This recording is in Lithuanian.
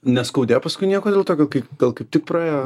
neskaudėjo paskui nieko tokio kaip gal kaip tik praėjo